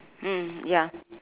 mm ya